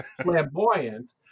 flamboyant